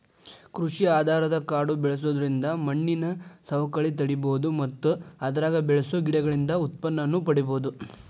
ಕೃಷಿ ಆಧಾರದ ಕಾಡು ಬೆಳ್ಸೋದ್ರಿಂದ ಮಣ್ಣಿನ ಸವಕಳಿ ತಡೇಬೋದು ಮತ್ತ ಅದ್ರಾಗ ಬೆಳಸೋ ಗಿಡಗಳಿಂದ ಉತ್ಪನ್ನನೂ ಪಡೇಬೋದು